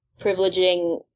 privileging